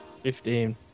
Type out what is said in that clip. Fifteen